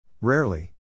Rarely